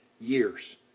years